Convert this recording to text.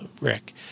Rick